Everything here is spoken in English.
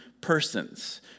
persons